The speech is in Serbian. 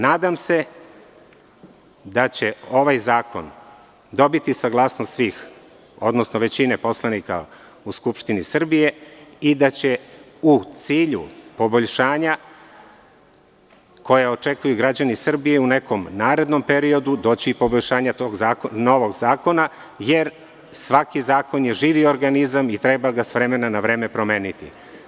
Nadam se da će ovaj zakon dobiti saglasnost svih, odnosno većine poslanika u Skupštini Srbije i da će u cilju poboljšanja, koja građani Srbije očekuju, u nekom narednom periodu doći i poboljšanje tog novog zakona, jer svaki zakon je živi organizam i treba ga s vremena na vreme promeniti.